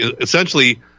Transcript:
essentially